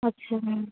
اچھا می